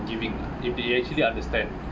giving if they actually understand